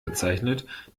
bezeichnet